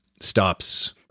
stops